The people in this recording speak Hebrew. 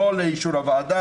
לא לאישור הוועדה,